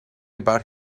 about